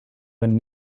been